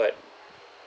but